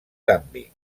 canvi